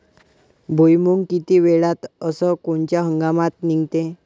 भुईमुंग किती वेळात अस कोनच्या हंगामात निगते?